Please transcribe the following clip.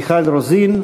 מיכל רוזין,